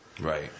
right